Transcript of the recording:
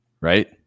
right